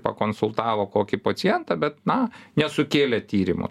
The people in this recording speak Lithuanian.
pakonsultavo kokį pacientą bet na nesukėlė tyrimo